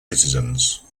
citizens